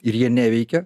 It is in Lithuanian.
ir jie neveikia